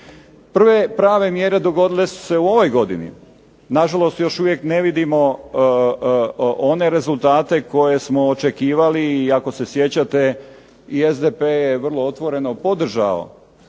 Prve prave mjere dogodile su se u ovoj godini, na žalost još uvijek ne vidimo one rezultate koje smo očekivali i ako se sjećate i SDP je vrlo otvoreno podržao